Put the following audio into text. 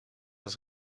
als